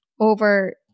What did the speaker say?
over